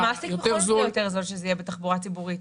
למעסיק בכל מקרה זול יותר שזה יהיה בתחבורה ציבורית.